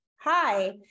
Hi